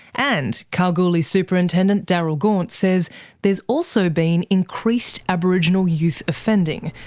and kalgoorlie superintendent darryl gaunt says there's also been increased aboriginal youth offending,